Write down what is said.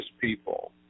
people